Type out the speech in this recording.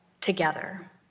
together